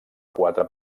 quatre